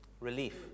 Relief